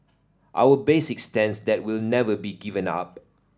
our basic stance that will never be given up